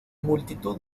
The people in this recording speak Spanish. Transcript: multitud